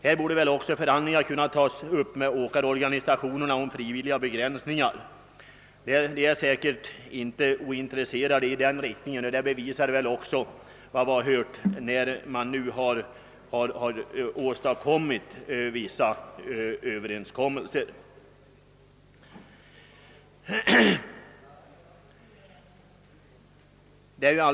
Här borde väl också förhandlingar kunna tas upp med åkarorganisationerna om frivilliga begränsningar. De är säkert inte ointresserade, ty enligt vad vi har hört har det ju åstadkommits vissa överenskommelser.